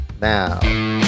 now